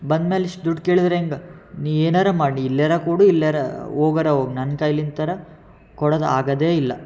ಬಂದ್ಮೇಲೆ ಇಷ್ಟು ದುಡ್ಡು ಕೇಳಿದರೆ ಹೆಂಗೆ ನೀನು ಏನಾದ್ರು ಮಾಡು ಇಲ್ಯರ ಕೂಡ ಇಲ್ಯರ ಹೋಗಾರ ಹೋಗಿ ನನ್ನ ಕೈಲಿಂದ ಕೊಡೋದು ಆಗೋದೇ ಇಲ್ಲ